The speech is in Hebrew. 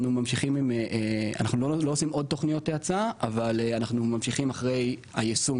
לא עושים עוד תוכניות האצה אבל אנחנו ממשיכים אחרי היישום